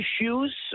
issues